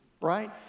right